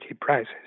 prices